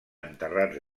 enterrats